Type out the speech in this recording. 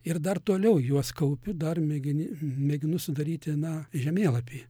ir dar toliau juos kaupiu dar mėgini mėginu sudaryti na žemėlapį